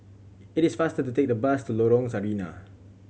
it is faster to take the bus to Lorong Sarina